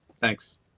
Thanks